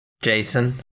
Jason